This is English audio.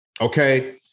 Okay